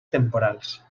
temporals